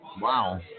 Wow